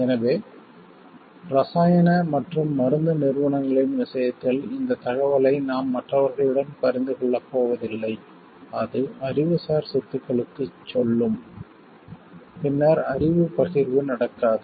எனவே இரசாயன மற்றும் மருந்து நிறுவனங்களின் விஷயத்தில் இந்த தகவலை நாம் மற்றவர்களுடன் பகிர்ந்து கொள்ளப் போவதில்லை அது அறிவுசார் சொத்துக்களுக்குச் சொல்லும் பின்னர் அறிவு பகிர்வு நடக்காது